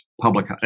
public